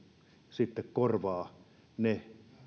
sitten korvaa ne